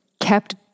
kept